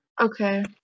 Okay